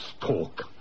talk